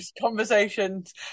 conversations